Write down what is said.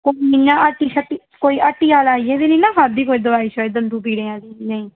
इ'यां हट्टी शट्टी कोई हट्टिया लेइयै ते निं ना खाद्धी कोई दोआई शोआई दंदे पीड़े आह्ली नेईं